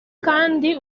kandi